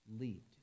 leaped